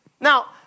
Now